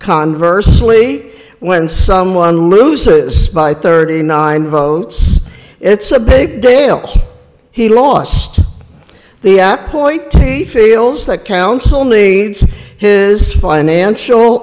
conversely when someone loses by thirty nine votes it's a big deal he lost the apt point feels that council needs his financial